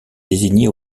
désignée